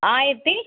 ஆயிரத்தி